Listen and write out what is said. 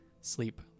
sleep